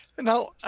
Now